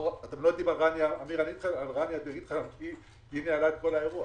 היא ניהלה את כל האירוע